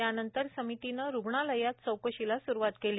त्यानंतर समितीनं रूग्णालयात चौकशीला सुरूवात केली